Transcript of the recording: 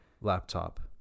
laptop